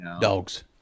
Dogs